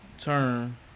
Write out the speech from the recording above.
turn